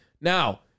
Now